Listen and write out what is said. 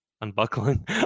unbuckling